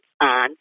on